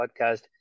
podcast